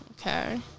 okay